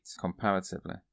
comparatively